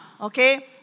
okay